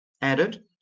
added